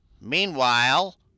Meanwhile